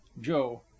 joe